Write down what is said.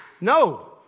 No